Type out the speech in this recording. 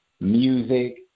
music